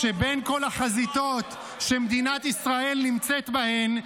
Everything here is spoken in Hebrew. -- שבין כל החזיתות שמדינת ישראל נמצאת בהן,